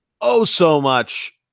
oh-so-much